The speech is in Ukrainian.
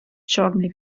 чорний